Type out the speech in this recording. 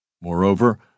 Moreover